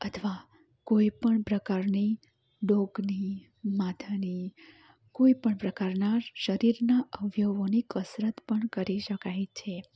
અથવા કોઈપણ પ્રકારની ડોકની માથાની કોઈપણ પ્રકારના શરીરના અવયવોની કસરત પણ કરી શકાય છે